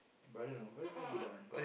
brother no brother never beat up one